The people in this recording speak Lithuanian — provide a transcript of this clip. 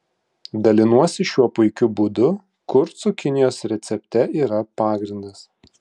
dalinuosi šiuo puikiu būdu kur cukinijos recepte yra pagrindas